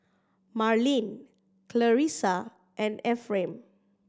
Marlene Clarisa and Ephraim